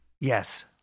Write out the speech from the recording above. Yes